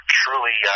truly